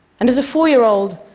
and as a four-year-old,